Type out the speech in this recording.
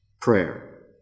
Prayer